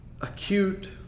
acute